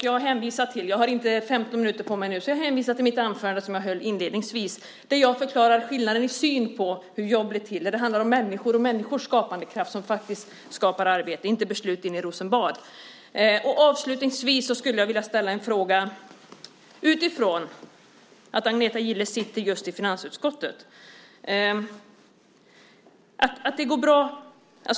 Jag har inte 15 minuter på mig nu så jag hänvisar till det anförande jag höll inledningsvis där jag förklarade skillnaden i syn på hur jobb blir till. Det handlar om människor och människors skapandekraft som faktiskt skapar arbete, inte beslut inne i Rosenbad. Avslutningsvis skulle jag vilja ställa en fråga utifrån att Agneta Gille sitter just i finansutskottet.